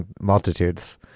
Multitudes